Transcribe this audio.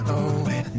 away